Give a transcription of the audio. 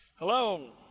Hello